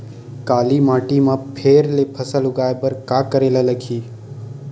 काली माटी म फेर ले फसल उगाए बर का करेला लगही?